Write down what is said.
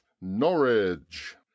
norwich